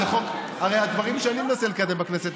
הרי הדברים שאני מנסה לקדם בכנסת,